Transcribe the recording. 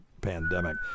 pandemic